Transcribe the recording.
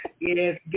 Yes